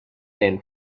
than